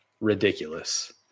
ridiculous